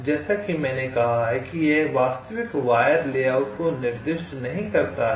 जैसा कि मैंने कहा कि यह वास्तविक वायर लेआउट को निर्दिष्ट नहीं करता है